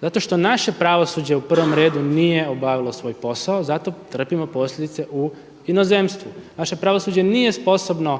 zato što naše pravosuđe u prvom redu nije obavilo svoj posao, zato trpimo posljedice u inozemstvu. Naše pravosuđe nije sposobno